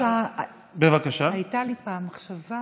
הייתה לי פעם מחשבה